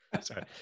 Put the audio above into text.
sorry